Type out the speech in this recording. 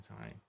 time